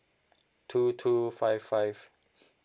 two two five five